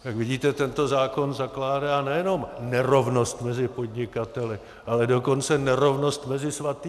Jak vidíte, tento zákon zakládá nejenom nerovnost mezi podnikateli, ale dokonce nerovnost mezi svatými.